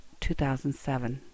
2007